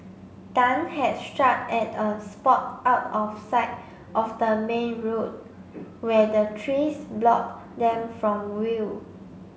Tan had struck at a spot out of sight of the main road where the trees block them from view